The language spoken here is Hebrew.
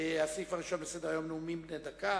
הסעיף הראשון בסדר-היום, נאומים בני דקה,